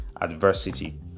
adversity